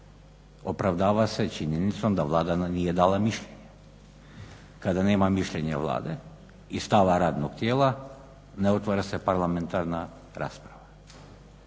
opravdava se činjenicom da Vlada nije dala mišljenje? Kada nema mišljenja Vlade i stava radnog tijela ne otvara se parlamentarna rasprava.